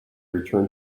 return